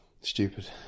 Stupid